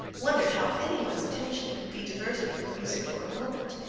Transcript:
wondered how any one's attention could be diverted from music for a moment,